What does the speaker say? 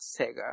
Sega